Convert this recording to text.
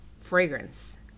fragrance